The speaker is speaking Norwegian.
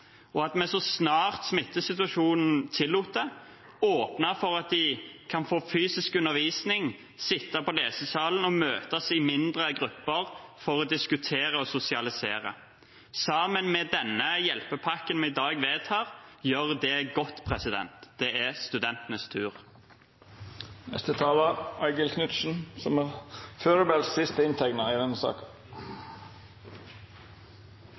og at vi så snart smittesituasjonen tillot det, åpnet for at de kunne få fysisk undervisning, sitte på lesesalen og møtes i mindre grupper for å diskutere og sosialisere. Sammen med den hjelpepakken vi i dag vedtar, gjør det godt. Det er studentenes tur. Neste talar er Eigil Knutsen, som er den førebels sist innteikna talaren i denne